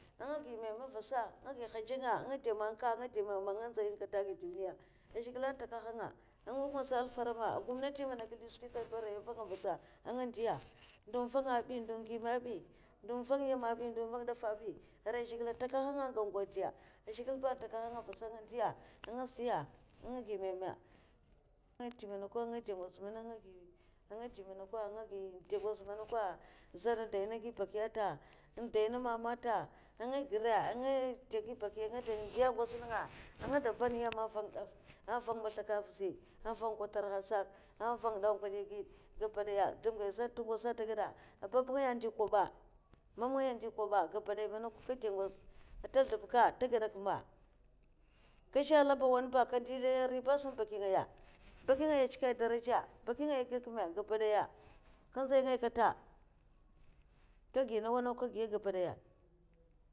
Anga gi mèmè avasa anga gi haja nga anga dè makka anga de meme anga nze'nga kata nga ɗzi dadi nga. kata ah ged duniyaka. a zgigile n'takahanga anga nhwasa asara ma gomnati mana nkalsi skwi campte aarai an vaka nga avasa, nga ndiya, ndo n' vanga bi, ndo gau me bi, ndun nvang nyema bi ndun nvan dafa bi, arai zhigile n'takahanga an gang godiya un zhigile ba n'takahanga avasa nga ndiya nga siya anga ge meme, anga de man kwan nga de ngoz ngoz manakwa, zan de na gi baki nta, nta de na meme nta anga gira nga de nga gi baki anga da ndiya ngoz nenga anga de van nyema avanga maslaka avuzi avang kwatarah asak avan ndankwaliya aged gabadaya doum ga zhe nta ngoza nta gada a bab'ngaya ndiya koba, mam ngaya ndyi kob gabadaya manakwa nga de ngoz an ta zloubka anta nta gedak ma kazhe lumba nwaya nenga bu de nga ndi riba a sam baki ngaya, baki ngaya achka a daraja baki'ngaya gak me gabadaya nka nzay kata anta nawa nawa aka giya gabadaya